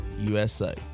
USA